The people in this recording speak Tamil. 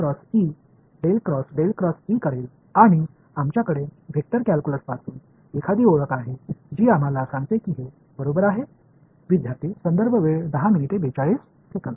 நான் el cross del cross Eசெய்தால் வெக்டர் கால்குலஸிலிருந்து ஒரு அடையாளம் இருந்தால் இது சமம் என்று நமக்குச் எது சொல்லும்